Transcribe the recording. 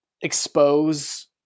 expose